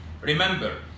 Remember